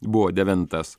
buvo devintas